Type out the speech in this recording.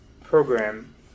program